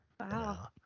Wow